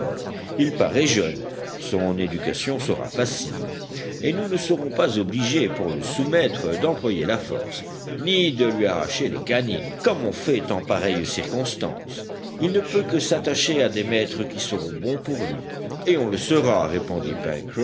il paraît jeune son éducation sera facile et nous ne serons pas obligés pour le soumettre d'employer la force ni de lui arracher les canines comme on fait en pareille circonstance il ne peut que s'attacher à des maîtres qui seront bons pour lui et on le sera répondit